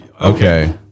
Okay